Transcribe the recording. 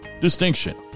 distinction